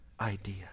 idea